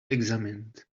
examined